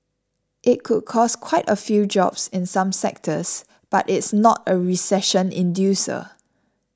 it could cost quite a few jobs in some sectors but it's not a recession inducer